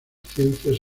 ciencias